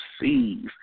seize